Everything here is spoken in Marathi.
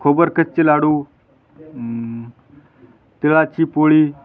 खोबर कच्चे लाडू तिळाची पोळी